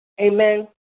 Amen